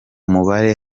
mubare